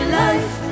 life